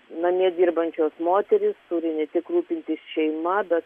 namie dirbančios moterys turi ne tik rūpintis šeima bet